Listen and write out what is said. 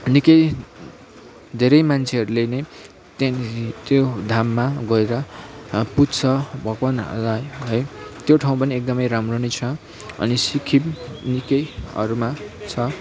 निक्कै धेरै मान्छेहरूले नै त्यहाँनिर त्यो धाममा गएर पुज्छ भगवान्लाई है त्यो ठाउँ पनि एकदमै राम्रै नै छ अनि सिक्किम निक्कैहरूमा छ